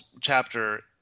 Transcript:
chapter